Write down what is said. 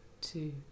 two